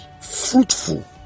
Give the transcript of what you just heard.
fruitful